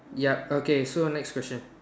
yup okay so next question